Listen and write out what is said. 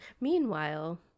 Meanwhile